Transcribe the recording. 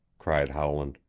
cried howland.